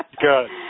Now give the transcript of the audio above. Good